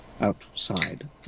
outside